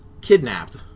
kidnapped